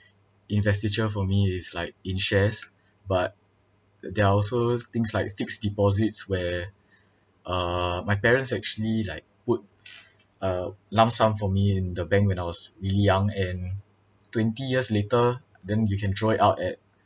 investiture for me is like in shares but there are also things like fixed deposits where uh my parents actually like put a lump sum for me in the bank when I was really young and twenty years later then you can draw it out at